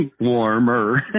warmer